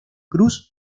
cruz